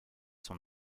son